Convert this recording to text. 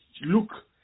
look